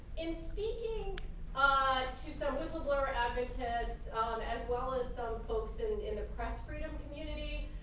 in speaking ah to some whistleblower advocates as well as so folks in in the press freedom community,